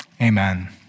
Amen